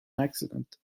accident